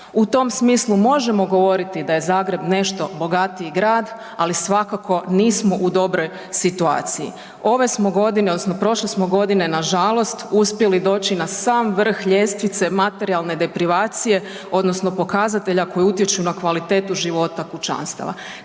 U tom smislu možemo govoriti da je Zagreb nešto bogatiji grad, ali svakako nismo u dobroj situaciji. Ove smo godine odnosno prošle smo godine nažalost uspjeli doći na sam vrh ljestvice materijalne deprivacije odnosno pokazatelja koji utječu na kvalitetu života kućanstava.